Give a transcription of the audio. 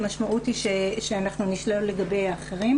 המשמעות היא שאנחנו נשלול לגבי האחרים.